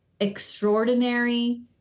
extraordinary